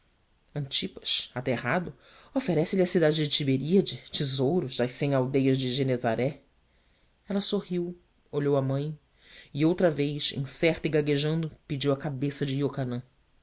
antipas aterrado oferece lhe a cidade de tiberíade tesouros as cem aldeias de genesaré ela sorriu olhou a mãe e outra vez incerta e gaguejando pediu a cabeça de iocanã